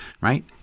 right